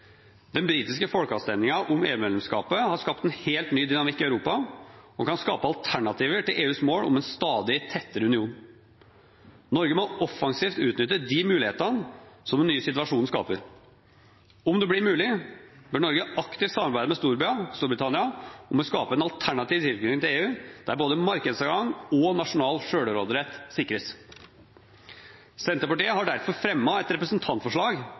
Den britiske folkeavstemningen om EU-medlemskapet har skapt en helt ny dynamikk i Europa og kan skape alternativer til EUs mål om en stadig tettere union. Norge må offensivt utnytte de mulighetene som den nye situasjonen skaper. Om det blir mulig, bør Norge aktivt samarbeide med Storbritannia om å skape en alternativ tilknytning til EU, der både markedsadgang og nasjonal selvråderett sikres. Senterpartiet har derfor fremmet et representantforslag